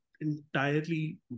entirely